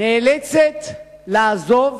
נאלצת לעזוב